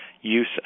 use